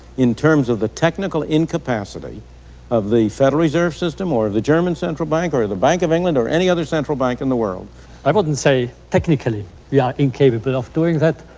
in terms of the technical incapacity of the federal reserve system or of the german central bank, or of the bank of england, or any other central bank in the world. emminger i wouldn't say technically we are incapable of doing that,